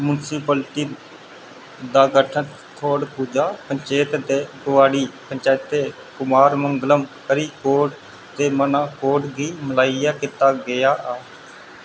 municipality दा गठन थोडपुझा पंचैत ते गुआंढी पंचैतें कुमारमंगलम करिकोड ते मनाकौड गी मलाइयै कीता गेआ हा